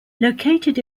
located